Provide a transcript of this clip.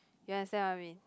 you understand what I mean